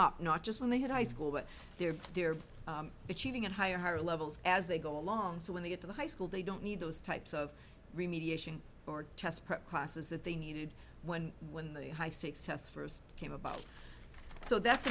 up not just when they had high school but their their cheating at higher higher levels as they go along so when they get to the high school they don't need those types of remediation or test prep classes that they needed when when the high stakes test first came about so that's